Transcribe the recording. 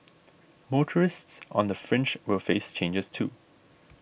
motorists on the fringe will face changes too